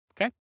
Okay